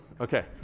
Okay